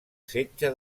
setge